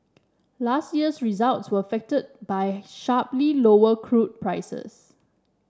last year's results were affected by sharply lower crude prices